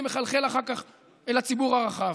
זה מחלחל אחר כך אל הציבור הרחב,